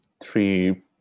three